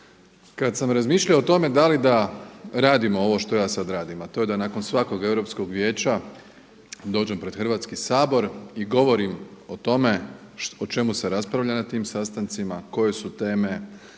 Kada sam razmišljao o tome da li da radimo ovo što ja sada radim, a to je da nakon svakog Europskog vijeća dođem pred Hrvatski sabor i govorim o tome o čemu se raspravlja na tim sastancima, koje su teme,